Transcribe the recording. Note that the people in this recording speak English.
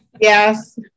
Yes